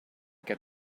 get